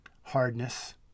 hardness